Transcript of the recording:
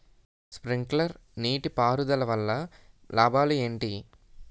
Sprinkler నీటిపారుదల వల్ల లాభాలు ఏంటి?